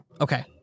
Okay